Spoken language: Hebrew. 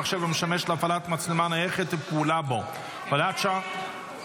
מחשב המשמש להפעלת מצלמה נייחת ופעולה בו (הוראת שעה,